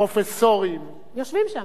פרופסורים יושבים שם.